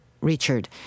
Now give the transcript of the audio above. Richard